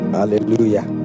Hallelujah